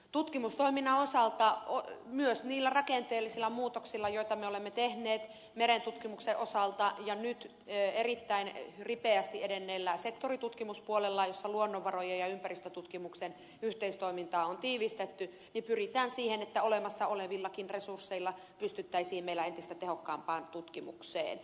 tutkimustoiminnan osalta myös niillä rakenteellisilla muutoksilla joita me olemme tehneet merentutkimuksen osalta ja nyt erittäin ripeästi edenneellä sektoritutkimuspuolella jolla luonnonvarojen ja ympäristötutkimuksen yhteistoimintaa on tiivistetty pyritään siihen että olemassa olevillakin resursseilla pystyttäisiin meillä entistä tehokkaampaan tutkimukseen